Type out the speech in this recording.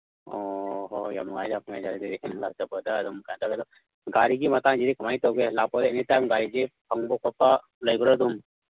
ꯑꯣ ꯍꯣꯏ ꯍꯣꯏ ꯌꯥꯝ ꯅꯨꯡꯉꯥꯏ ꯌꯥꯝ ꯅꯨꯡꯉꯥꯏ ꯂꯥꯛꯆꯕꯗ ꯑꯗꯨꯝ ꯀꯩꯅꯣ ꯇꯧꯒꯦ ꯑꯗꯨ ꯒꯥꯔꯤꯒꯤ ꯃꯇꯥꯡꯁꯤꯗꯤ ꯀꯃꯥꯏꯅ ꯇꯧꯒꯦ ꯂꯥꯛꯄꯗ ꯑꯦꯅꯤ ꯇꯥꯏꯝ ꯒꯥꯔꯤꯁꯦ ꯐꯪꯕ ꯈꯣꯠꯄ ꯂꯩꯕ꯭ꯔꯥ ꯑꯗꯨꯝ